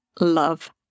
love